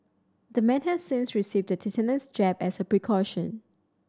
the man has since received a tetanus jab as a precaution